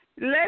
let